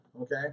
Okay